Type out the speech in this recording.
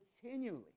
Continually